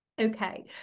Okay